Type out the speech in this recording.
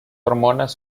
hormonas